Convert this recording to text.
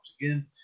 again